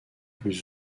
plus